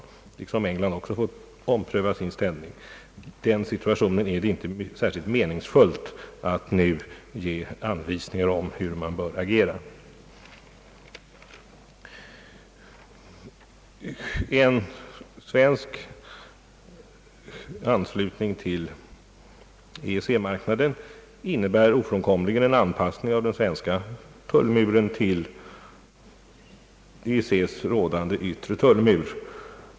Även England får också ompröva sin ställning. Det är inte särskilt meningsfullt att nu ge anvisningar om hur man bör agera i den situationen. En svensk anslutning till EEC-marknaden nödvändiggör ofrånkomligen en anpassning av den svenska tullmuren till EEC:s rådande yttre tullmur.